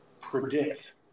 predict